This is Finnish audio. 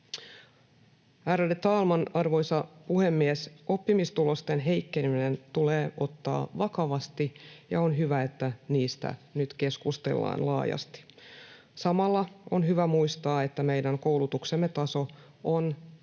Ärade talman, arvoisa puhemies! Oppimistulosten heikkeneminen tulee ottaa vakavasti, ja on hyvä, että niistä nyt keskustellaan laajasti. Samalla on hyvä muistaa, että meidän koulutuksemme taso on erittäin